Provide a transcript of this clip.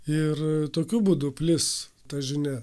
ir tokiu būdu plis ta žinia